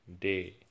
day